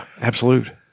absolute